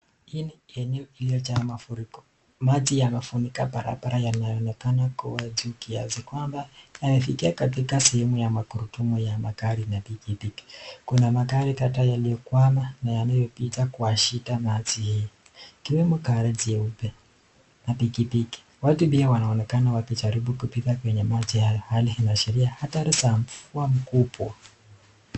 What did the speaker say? Hii ni eneo iliyojaa mafuriko. Maji yamefunika barabara yanaonekana kuwa juu kiasi kwamba yamefikia katika sehemu ya magurudumu ya magari na pikipiki. Kuna magari kadhaa yaliyokwama na yanayopita kwa shida maji hii ikiwemo gari jeupe na pikipiki. Watu pia wanaonekana wakijaribu kupita kwenye maji haya. Hali inaashiria athari za mvua mkubwa.